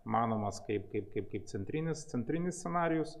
manomas kaip kaip kaip kaip centrinis centrinis scenarijus